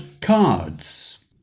cards